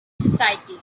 society